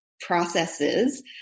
processes